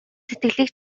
сэтгэлийг